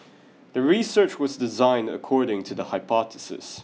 the research was designed according to the hypothesis